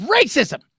racism